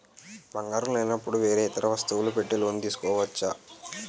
బంగారం లేనపుడు వేరే ఇతర వస్తువులు పెట్టి లోన్ తీసుకోవచ్చా?